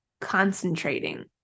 concentrating